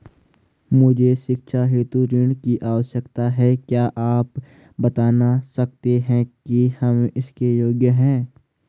मुझे शैक्षिक हेतु ऋण की आवश्यकता है क्या आप बताना सकते हैं कि हम इसके योग्य हैं?